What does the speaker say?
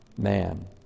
man